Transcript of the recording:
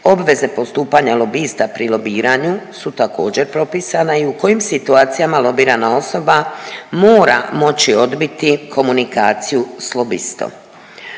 Obveze postupanja lobista pri lobiranju su također propisana i u kojim situacijama lobirana osoba mora moći odbiti komunikaciju s lobistom.